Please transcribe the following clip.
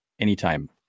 anytime